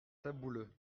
sabouleux